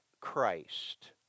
Christ